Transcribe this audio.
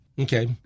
Okay